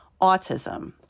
autism